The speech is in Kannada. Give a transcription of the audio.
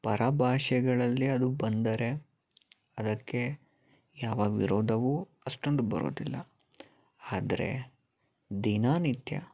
ಪರಭಾಷೆಗಳಲ್ಲಿ ಅದು ಬಂದರೆ ಅದಕ್ಕೆ ಯಾವ ವಿರೋಧವೂ ಅಷ್ಟೊಂದ್ ಬರೋದಿಲ್ಲ ಆದ್ರೆ ದಿನನಿತ್ಯ